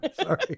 Sorry